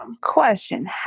Question